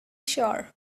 sure